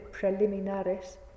preliminares